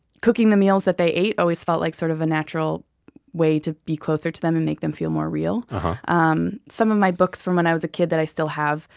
cooking the meals that they ate always felt like sort of a natural way to be closer to them and make them feel more real um some of my books from when i was a kid, which i still have,